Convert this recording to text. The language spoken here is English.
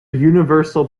universal